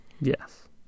Yes